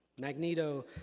Magneto